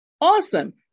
Awesome